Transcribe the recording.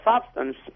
substance